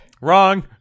Wrong